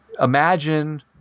imagine